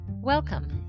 Welcome